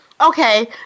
Okay